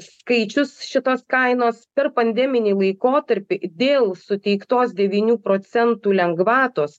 skaičius šitos kainos per pandeminį laikotarpį dėl suteiktos devynių procentų lengvatos